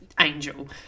angel